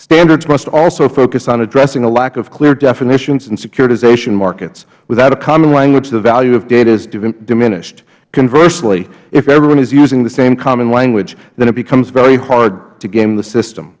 standards must also focus on addressing a lack of clear definitions in securitization markets without a common language the value of data is diminished conversely if everyone is using the same common language then it becomes very hard to game the system